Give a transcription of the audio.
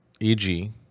EG